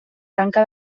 tanca